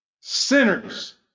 sinners